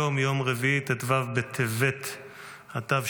היום יום רביעי ט"ו בטבת התשפ"ה,